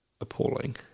appalling